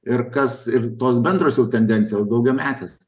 ir kas ir tos bendros jau tendencijos daugiametės